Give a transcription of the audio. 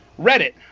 Reddit